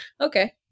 okay